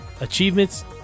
Achievements